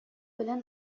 белән